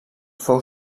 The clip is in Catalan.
fou